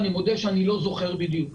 אני מודה שאני לא זוכר בדיוק.